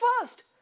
first